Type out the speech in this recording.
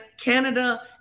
Canada